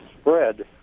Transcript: spread